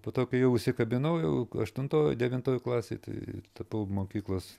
po to kai jau užsikabinau jau aštuntoj devintoj klasėj tai tapau mokyklos